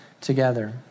together